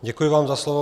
Děkuji vám za slovo.